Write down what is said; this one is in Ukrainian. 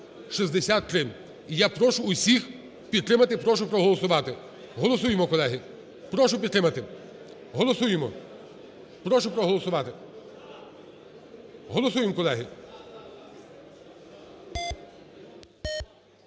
І я прошу всіх підтримати, прошу проголосувати. Голосуємо, колеги, прошу підтримати. Голосуємо, прошу проголосувати. Голосуємо, колеги.